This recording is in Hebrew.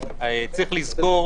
צריך לזכור